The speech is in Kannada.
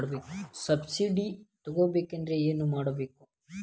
ಸಬ್ಸಿಡಿ ತಗೊಬೇಕಾದರೆ ಏನು ಮಾಡಬೇಕು?